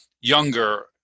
younger